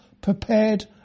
prepared